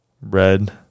Red